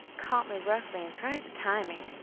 caught me roughly, and tried to tie me.